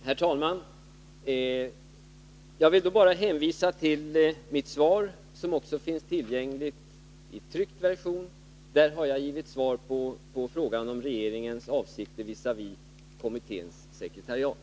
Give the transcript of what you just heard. Herr talman! Jag vill då bara hänvisa till mitt svar, som också finns tillgängligt i tryckt version. Där har jag givit svar på frågan om regeringens avsikter visavi kommitténs sekretariat.